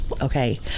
okay